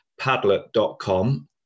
padlet.com